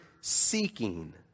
seeking